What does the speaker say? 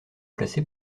placée